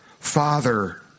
father